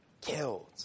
killed